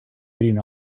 beating